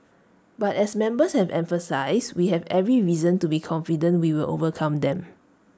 but as members have emphasised we have every reason to be confident we will overcome them